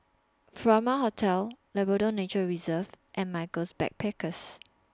Furama Hotel Labrador Nature Reserve and Michaels Backpackers